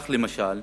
כך, למשל,